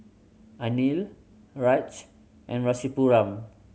Anil Raj and Rasipuram